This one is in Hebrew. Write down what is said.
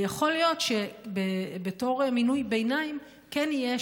ויכול להיות שבתור מינוי ביניים כן יהיה